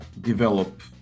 develop